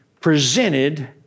presented